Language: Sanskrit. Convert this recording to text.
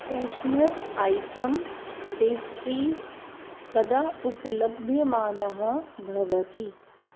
फ़्रेश्नर् ऐटम्स् पेस्ट्रीस् कदा उपलभ्यमानाः भवन्ति